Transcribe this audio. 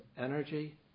energy